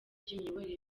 ry’imiyoborere